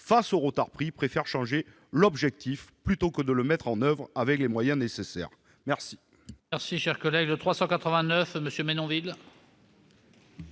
face au retard pris, préfère changer l'objectif plutôt que de le mettre en oeuvre avec les moyens nécessaires. La